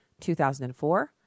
2004